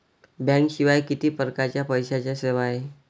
बँकेशिवाय किती परकारच्या पैशांच्या सेवा हाय?